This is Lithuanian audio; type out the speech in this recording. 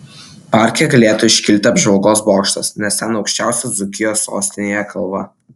parke galėtų iškilti apžvalgos bokštas nes ten aukščiausia dzūkijos sostinėje kalva